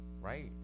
Right